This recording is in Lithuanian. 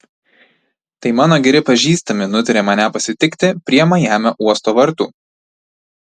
tai mano geri pažįstami nutarė mane pasitikti prie majamio uosto vartų